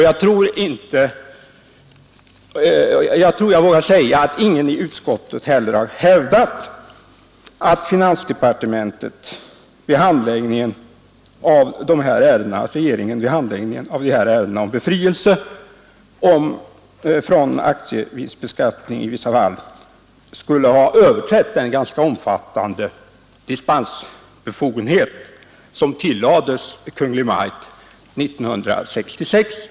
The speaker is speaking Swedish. Jag tror jag vågar säga att ingen i utskottet heller har hävdat att regeringen vid handläggningen av de här ärendena om befrielse från aktievinstbeskattning skulle ha överträtt den ganska omfattande dispensbefogenhet som tillades Kungl. Maj:ts 1966.